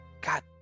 God